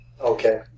Okay